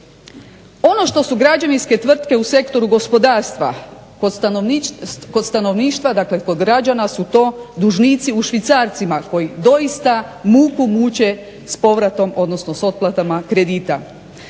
Ono što su građevinske tvrtke u sektoru gospodarstva, kod stanovništva dakle kod građana su to dužnici u švicarcima koji doista muku muče s povratom odnosno s otplatama kredita.